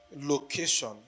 location